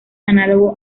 análogo